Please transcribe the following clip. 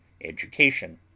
education